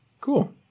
Cool